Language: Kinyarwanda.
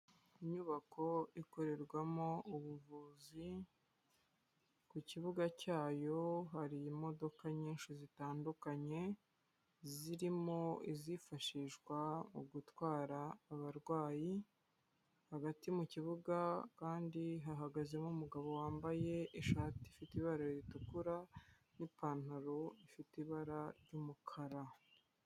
Inyubako ikorerwamo ubuvuzi, ku kibuga cyayo hari imodoka nyinshi zitandukanye, zirimo izifashishwa mu gutwara abarwayi, hagati mu kibuga kandi hahagazemo umugabo wambaye ishati ifite ibara ritukura n'ipantaro ifite ibara ry'umukara.